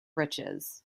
riches